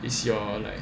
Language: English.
is your like